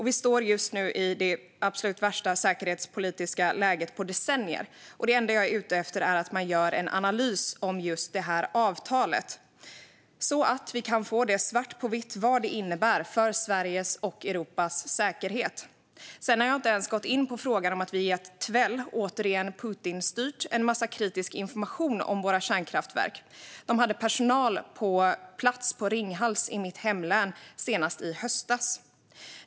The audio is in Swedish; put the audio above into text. Vi står just nu i det absolut värsta säkerhetspolitiska läget på decennier, och det enda jag är ute efter är att man ska göra en analys av avtalet så att vi kan få det svart på vitt vad det innebär för Sveriges och Europas säkerhet. Sedan har jag inte ens gått in på frågan om att vi gett Tvel - återigen: Putinstyrt - en massa kritisk information om våra kärnkraftverk. De hade personal på plats i Ringhals i mitt hemlän senast i höstas.